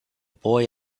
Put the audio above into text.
boy